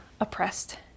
oppressed